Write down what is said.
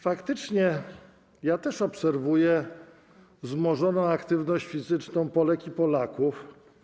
Faktycznie, ja też obserwuję wzmożoną aktywność fizyczną Polek i Polaków.